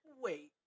Wait